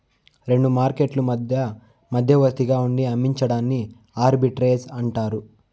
రెండు మార్కెట్లు మధ్య మధ్యవర్తిగా ఉండి అమ్మించడాన్ని ఆర్బిట్రేజ్ అంటారు